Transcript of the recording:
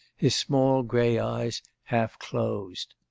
his small grey eyes half closed.